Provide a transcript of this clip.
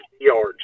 yards